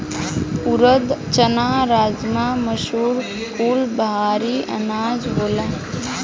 ऊरद, चना, राजमा, मसूर कुल भारी अनाज होला